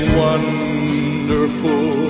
wonderful